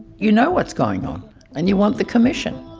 you know what's going on and you want the commission.